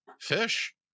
fish